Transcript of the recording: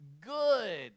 good